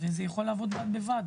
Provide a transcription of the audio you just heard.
וזה יכול לעבוד בד בבד.